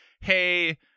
hey